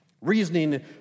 reasoning